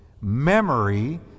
Memory